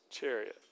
chariot